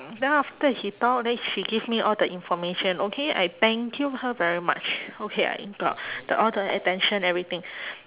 then after he talk then she give me all the information okay I thank you her very much okay I got all the attention everything